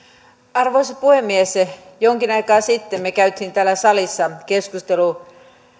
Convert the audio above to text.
arvoisa puhemies jonkin aikaa sitten me kävimme täällä salissa keskustelun